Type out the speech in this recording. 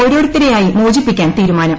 ഓരോരുത്തരെ ആയി മോചിപ്പിക്കാൻ തീരുമാനം